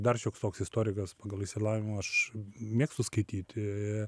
dar šioks toks istorikas pagal išsilavinimą aš mėgstu skaityti